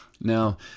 Now